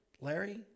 Larry